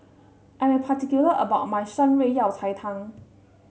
I am particular about my Shan Rui Yao Cai Tang